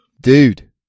Dude